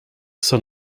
son